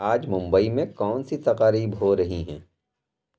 آج ممبئی میں کون سی تقاریب ہو رہی ہیں